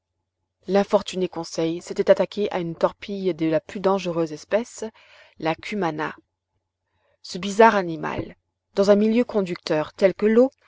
l'infortuné conseil s'était attaqué à une torpille de la plus dangereuse espèce la cumana ce bizarre animal dans un milieu conducteur tel que l'eau